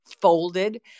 folded